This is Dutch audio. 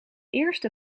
eerste